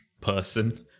person